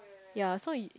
ya so